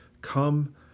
come